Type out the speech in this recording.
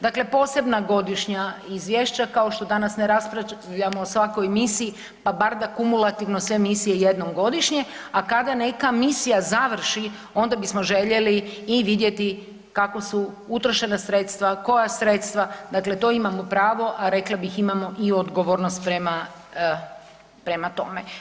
Dakle, posebna godišnja izvješća kao što danas ne raspravljamo o svakoj misiji, pa bar da kumulativno sve misije jednom godišnje, a kada neka misija završi onda bismo željeli i vidjeti kako su utrošena sredstva, koja sredstva, dakle to imamo pravo, a rekla bih imamo i odgovornost prema, prema tome.